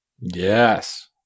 Yes